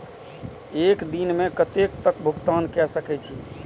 एक दिन में कतेक तक भुगतान कै सके छी